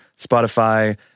Spotify